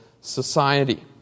society